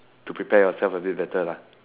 to prepare yourself a bit better lah